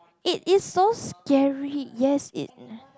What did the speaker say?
it is so scary yes it